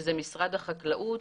שזה משרד החקלאות,